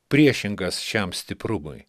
priešingas šiam stiprumui